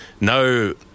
no